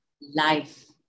life